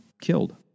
killed